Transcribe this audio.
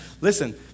listen